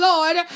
Lord